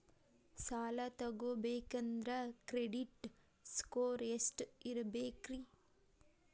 ಸಾಲ ತಗೋಬೇಕಂದ್ರ credit score ಎಷ್ಟ ಇರಬೇಕ್ರಿ?